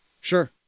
sure